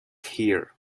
here